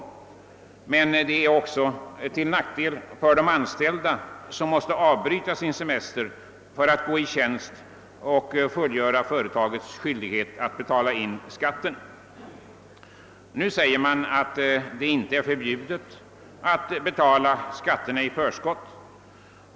Systemet innebär också en nackdel för de anställda, som måste avbryta semestern för att gå i tjänst och fullgöra företagets skyldighet att betala in källskatten. Mot detta har anförts att det ju inte är förbjudet att betala in källskatten i förskott.